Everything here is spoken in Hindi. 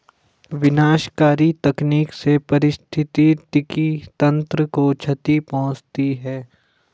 विनाशकारी तकनीक से पारिस्थितिकी तंत्र को क्षति पहुँचती है